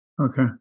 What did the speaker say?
Okay